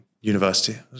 university